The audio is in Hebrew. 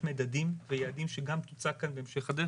מדדים ויעדים שגם תוצג כאן בהמשך הדרך.